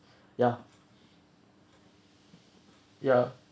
ya ya